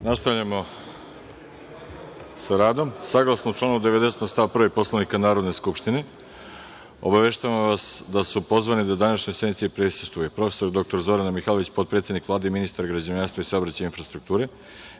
Nastavljamo sa radom. Saglasno članu 90. stav 1. Poslovnika Narodne skupštine obaveštavamo vas da su pozvani da današnjoj sednici prisustvuju prof. dr Zorana Mihajlović, potpredsednik Vlade i ministar građevinarstva, saobraćaja i infrastrukture,